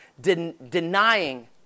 denying